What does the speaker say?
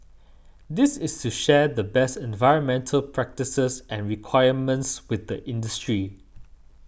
this is to share the best environmental practices and requirements with the industry